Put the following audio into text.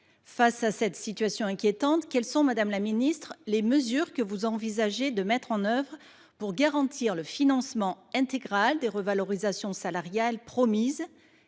Face à cette situation inquiétante, quelles sont, madame la ministre, les mesures que vous envisagez de mettre en œuvre pour garantir le financement intégral des revalorisations salariales promises